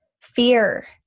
Fear